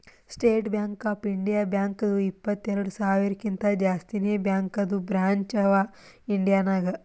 state Bank of India ಬ್ಯಾಂಕ್ದು ಇಪ್ಪತ್ತೆರೆಡ್ ಸಾವಿರಕಿಂತಾ ಜಾಸ್ತಿನೇ ಬ್ಯಾಂಕದು ಬ್ರ್ಯಾಂಚ್ ಅವಾ ಇಂಡಿಯಾ ನಾಗ್